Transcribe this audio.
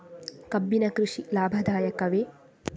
ಕಬ್ಬಿನ ಕೃಷಿ ಲಾಭದಾಯಕವೇ?